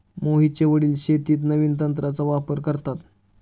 मोहितचे वडील शेतीत नवीन तंत्राचा वापर करतात